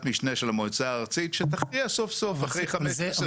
משנה של המועצה הארצית שתכריע סוף סוף אחרי 15 שנים.